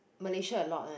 Malaysia a Lot One